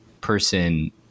person